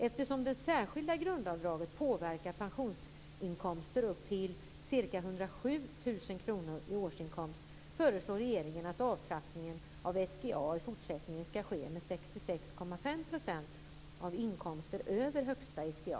Eftersom det särskilda grundavdraget påverkar pensionsinkomster upp till ca 107 000 kr i årsinkomst föreslår regeringen att avtrappningen av SGA i fortsättningen skall ske med 66,5 % av inkomster över högsta SGA.